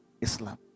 Islam